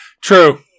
True